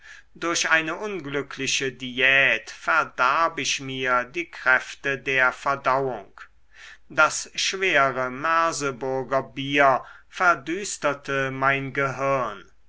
durch eine unglückliche diät verdarb ich mir die kräfte der verdauung das schwere merseburger bier verdüsterte mein gehirn